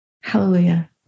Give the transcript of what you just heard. Hallelujah